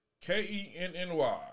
K-E-N-N-Y